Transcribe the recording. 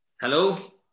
Hello